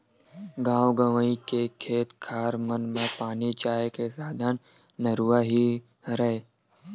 गाँव गंवई के खेत खार मन म पानी जाय के साधन नरूवा ही हरय